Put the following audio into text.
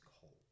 cold